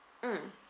mm